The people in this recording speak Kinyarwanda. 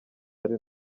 ari